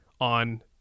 on